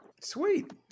Sweet